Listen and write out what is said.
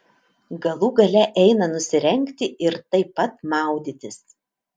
galų gale eina nusirengti ir taip pat maudytis